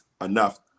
enough